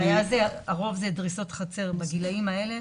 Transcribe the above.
הרוב זה דריסות חצר בגילאים האלה,